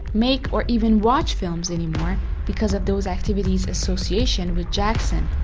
make or even watch films anymore because of those activities association with jackson.